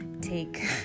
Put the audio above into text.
take